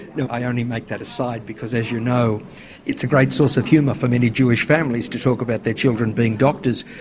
i only make that aside because as you know it's a great source of humour for many jewish families to talk about their children being doctors.